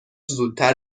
زودتر